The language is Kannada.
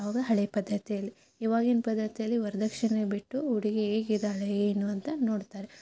ಯಾವಾಗ ಹಳೆ ಪದ್ಧತಿಯಲ್ಲಿ ಇವಾಗಿನ ಪದ್ಧತಿಯಲ್ಲಿ ವರದಕ್ಷಿಣೆ ಬಿಟ್ಟು ಹುಡ್ಗಿ ಹೇಗ್ ಇದ್ದಾಳೆ ಏನು ಅಂತ ನೋಡ್ತಾರೆ